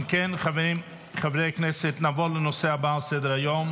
אם כן, חברי הכנסת, נעבור לנושא הבא שעל סדר-היום